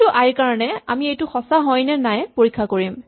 প্ৰতিটো আই ৰ কাৰণে আমি এইটো সঁচা হয় নে নাই পৰীক্ষা কৰিম